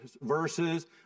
verses